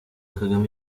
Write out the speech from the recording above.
kagame